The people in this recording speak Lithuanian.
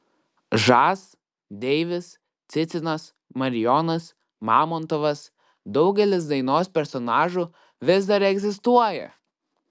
žas deivis cicinas marijonas mamontovas daugelis dainos personažų vis dar egzistuoja